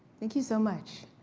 thank you so much.